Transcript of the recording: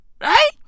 Right